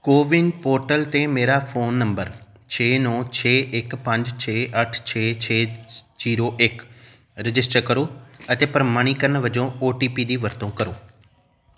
CoWIN portal 'ਤੇ ਮੇਰਾ phone number ਛੇ ਨੌਂ ਛੇ ਇੱਕ ਪੰਜ ਛੇ ਅੱਠ ਛੇ ਛੇ ਜ਼ੀਰੋ ਇੱਕ ਰਜਿਸਟਰ ਕਰੋ ਅਤੇ ਪ੍ਰਮਾਣੀਕਰਨ ਵਜੋਂ ਓ ਟੀ ਪੀ ਦੀ ਵਰਤੋਂ ਕਰੋ